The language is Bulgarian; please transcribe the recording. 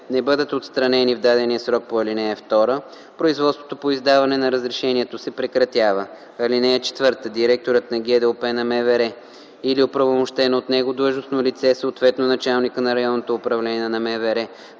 не бъдат отстранени в дадения срок по ал. 2, производството по издаване на разрешението се прекратява. (4) Директорът на ГДОП на МВР или оправомощено от него длъжностно лице, съответно началникът на РУ на МВР